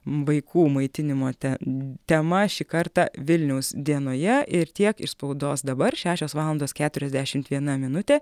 vaikų maitinimo ten tema šį kartą vilniaus dienoje ir tiek iš spaudos dabar šešios valandos keturiasdešimt viena minutė